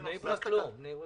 בני ברק גם במעמד